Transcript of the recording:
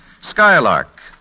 Skylark